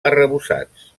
arrebossats